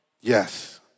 Yes